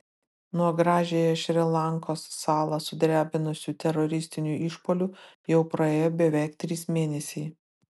nuo gražiąją šri lankos salą sudrebinusių teroristinių išpuolių jau praėjo beveik trys mėnesiai